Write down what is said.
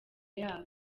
yabo